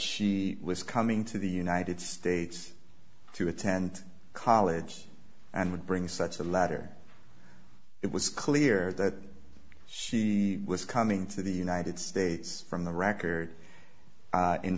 she was coming to the united states to attend college and would bring such a letter it was clear that she was coming to the united states from the record